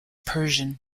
persian